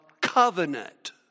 covenant